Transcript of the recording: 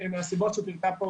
מהסיבות שפירטה פה